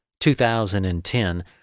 2010